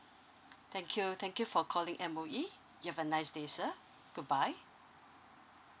thank you thank you for calling M_O_E you have a nice day sir goodbye